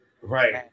Right